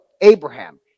Abraham